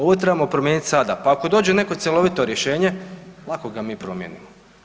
Ovo trebamo promijeniti sada, pa ako dođe neko cjelovito rješenje lako ga mi promijenimo.